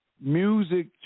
music